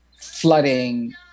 flooding